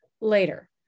later